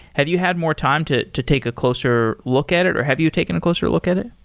have you had more time to to take a closer look at it or have you taken a closer look at it?